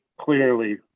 clearly